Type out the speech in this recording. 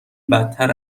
بدتر